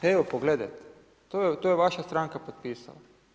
Evo pogledajte, to je vaša stranka potpisala.